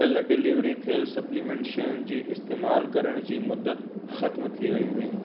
कल डिलीवारी थियलु सप्लीमेंट शयुनि जी इस्तेमाल करण जी मुदत ख़तम थी वई हुई